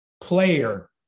player